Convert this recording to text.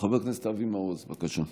חבר הכנסת אבי מעוז, בבקשה.